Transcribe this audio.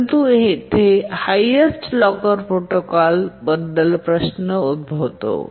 परंतु येथे highest locker protocol बद्दल प्रश्न उद्भवतो